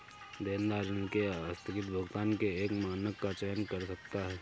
देनदार ऋण के आस्थगित भुगतान के एक मानक का चयन कर सकता है